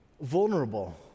vulnerable